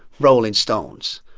rolling stones.